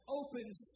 opens